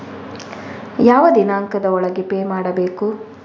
ಯಾವ ದಿನಾಂಕದ ಒಳಗೆ ಪೇ ಮಾಡಬೇಕು?